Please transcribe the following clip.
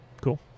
Cool